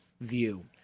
view